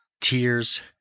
tears